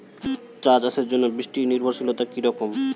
চা চাষের জন্য বৃষ্টি নির্ভরশীলতা কী রকম?